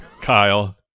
Kyle